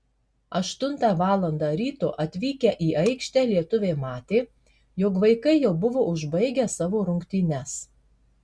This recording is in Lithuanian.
aštuntą valandą ryto atvykę į aikštę lietuviai matė jog vaikai jau buvo užbaigę savo rungtynes